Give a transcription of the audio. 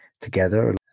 together